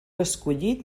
escollit